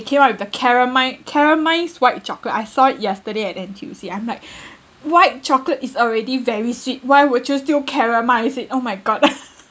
came out with the caramel~ caramelised white chocolate I saw it yesterday at N_T_U_C I'm like white chocolate is already very sweet why would you still caramelise it oh my god